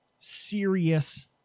serious